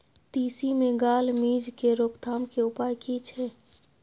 तिसी मे gall midge के रोकथाम के उपाय की छै?